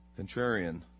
contrarian